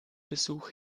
besuch